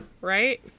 Right